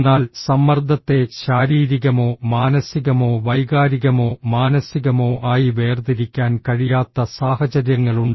എന്നാൽ സമ്മർദ്ദത്തെ ശാരീരികമോ മാനസികമോ വൈകാരികമോ മാനസികമോ ആയി വേർതിരിക്കാൻ കഴിയാത്ത സാഹചര്യങ്ങളുണ്ട്